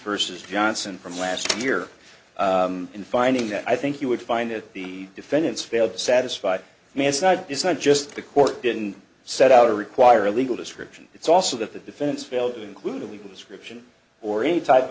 says johnson from last year in finding that i think you would find that the defendants failed to satisfy the man's side it's not just the court didn't set out to require a legal description it's also that the defense failed to include a legal description or any type